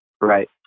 right